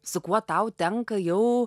su kuo tau tenka jau